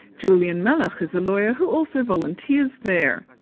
julian malloch is a lawyer who also volunteers there.